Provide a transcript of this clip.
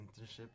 internship